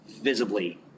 visibly